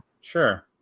sure